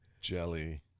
jelly